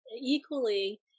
equally